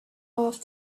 off